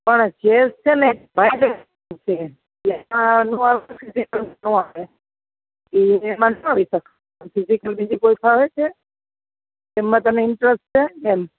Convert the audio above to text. પણ છે શેની છે ને ભાઈ એમાં શું આવી શકશે ને બીજી કોઈ ફાવે છે એમાં તને ઈન્ટરેસ્ટ છે એમ